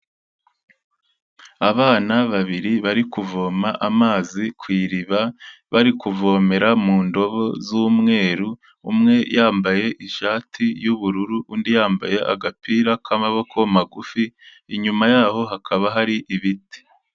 Abana babiri bari kuvoma amazi ku iriba, bari kuvomera mu ndobo z'umweru, umwe yambaye ishati y'ubururu, undi yambaye agapira k'amaboko magufi, inyuma yaho hakaba hari ibiti.